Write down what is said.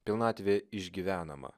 pilnatvė išgyvenama